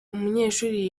umunyeshuri